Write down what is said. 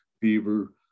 Beaver